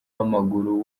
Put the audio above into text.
w’amaguru